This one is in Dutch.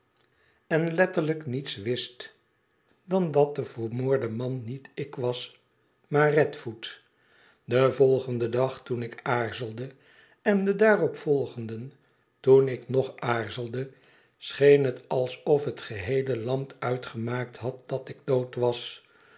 en letterlijk niets wist dan dat de vermoorde man niet ik was maar radfoot den volgenden dag toen ik aarzelde en den daarop volgenden toen ik nog aarzelde scheen het alsof het geheele land uitgemaakt had dat ik dood was